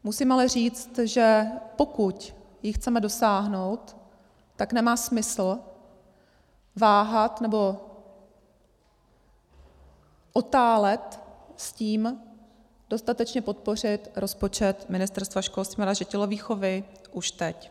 Musím ale říct, že pokud jí chceme dosáhnout, tak nemá smysl váhat nebo otálet s tím dostatečně podpořit rozpočet Ministerstva školství, mládeže a tělovýchovy už teď.